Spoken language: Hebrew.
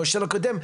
המושל הקודם,